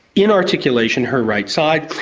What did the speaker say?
in articulation, her right side.